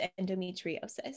endometriosis